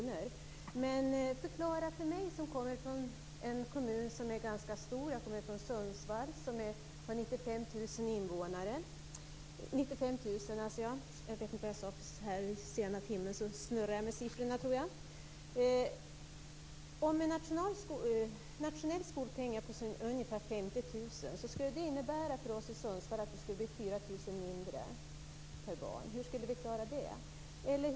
Förklara följande för mig som kommer från en ganska stor kommun, Sundsvall, som har 95 000 50 000 kr skulle det för oss i Sundsvall innebära att det skulle bli 4 000 kr mindre per barn. Hur skall vi klara det?